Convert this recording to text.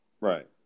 Right